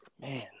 Man